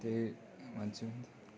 त्यही भन्छु म त